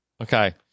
Okay